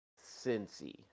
Cincy